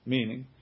Meaning